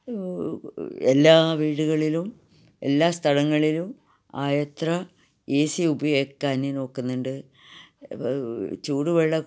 എല്ലാ വീടുകളിലും എല്ലാ സ്ഥലങ്ങളിലും ആയത്ര ഏ സി ഉപയോഗിക്കാന് നോക്കുന്നുണ്ട് ചൂട് വെള്ളം